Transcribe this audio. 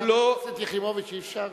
חברת הכנסת יחימוביץ, אי-אפשר.